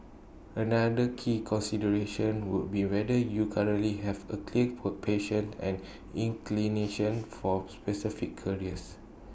another key consideration would be whether you currently have A clear passion and inclination for specific careers